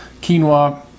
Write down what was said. quinoa